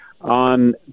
on